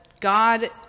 God